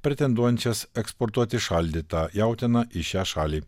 pretenduojančias eksportuoti šaldytą jautieną į šią šalį